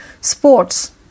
sports